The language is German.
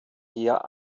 her